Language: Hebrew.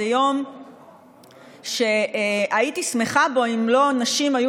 זה יום שהייתי שמחה בו אם נשים לא היו